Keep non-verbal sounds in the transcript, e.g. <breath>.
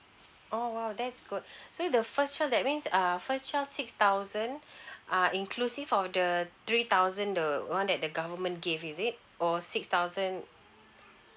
oh !wow! that's good <breath> so the first child that means err first child six thousand <breath> ah inclusive of the three thousand the one that the government gave is it or six thousand